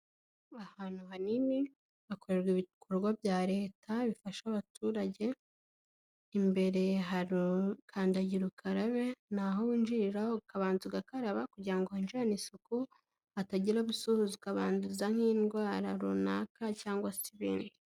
Ahantu hanini hakorerwa ibikorwa bya leta bifasha abaturage, imbere hari kandagira ukararabe, ni aho winjirira ukabanza ugakaraba kugira ngo winjirane isuku, hatagira abo usuhuza ukabanduza nk'indwara runaka cyangwa se n'ibindi.